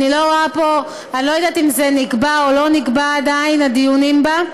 אני לא יודעת אם נקבעו או עדיין לא נקבעו הדיונים בה,